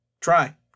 try